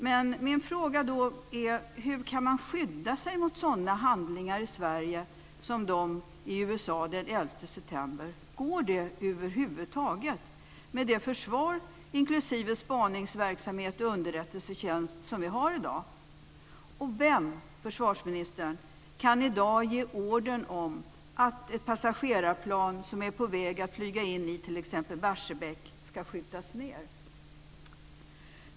Men min fråga till försvarsministern är hur man kan skydda sig mot sådana handlingar i Sverige som de i USA den 11 september. Går det över huvud taget med det försvar inklusive den spaningsverksamhet och underrättelsetjänst som vi har i dag? Och vem kan i dag ge ordern om att ett passagerarplan som är på väg att flyga in i t.ex. Barsebäck ska skjutas ned?